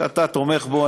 שאתה תומך בו.